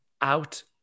out